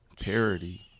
Parody